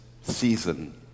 season